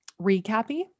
recappy